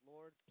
Lord